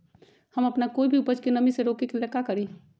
हम अपना कोई भी उपज के नमी से रोके के ले का करी?